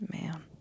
man